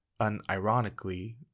unironically